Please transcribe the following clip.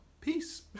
Peace